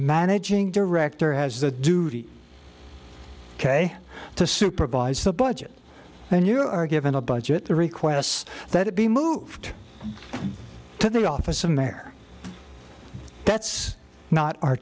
managing director has the duty ok to supervise the budget and you are given a budget requests that it be moved to the office in there that's not our